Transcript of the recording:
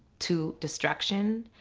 two destruction,